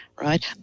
right